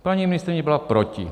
Paní ministryně byla proti.